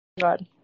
god